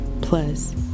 Plus